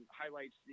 highlights